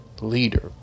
leader